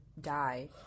die